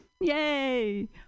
Yay